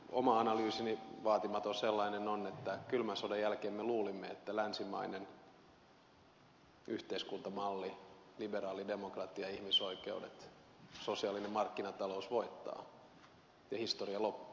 oma analyysini vaatimaton sellainen on että kylmän sodan jälkeen me luulimme että länsimainen yhteiskuntamalli liberaali demokratia ja ihmisoikeudet sosiaalinen markkinatalous voittaa ja historia loppuu mutta näinhän ei käynyt